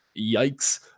yikes